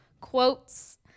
quotes